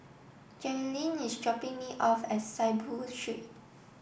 Jerilyn is dropping me off at Saiboo Street